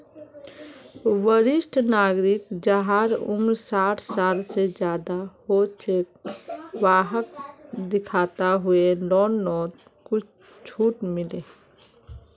वरिष्ठ नागरिक जहार उम्र साठ साल से ज्यादा हो छे वाहक दिखाता हुए लोननोत कुछ झूट मिले